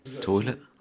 Toilet